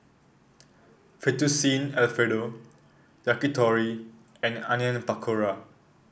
Fettuccine Alfredo Yakitori and Onion Pakora